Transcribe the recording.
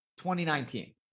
2019